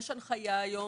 כבר היום